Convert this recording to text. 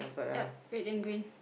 oh red and green